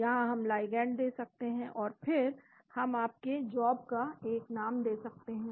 यहां हम लिगैंड दे सकते हैं और फिर हम आपके जॉब का एक नाम दे सकते हैं